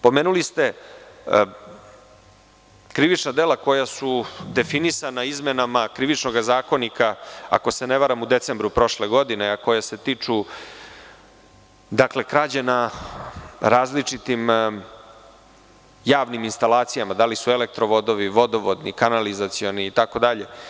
Pomenuli ste krivična dela koja su definisana izmenama Krivičnog zakonika, ako se ne varam u decembru prošle godine, a koja se tiču krađe na različitim javnim instalacijama, da li su elektro vodovi, vodovodni, kanalizacioni itd.